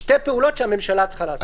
אלה שתי פעולות שהממשלה צריכה לעשות.